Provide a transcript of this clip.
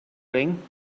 ring